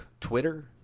Twitter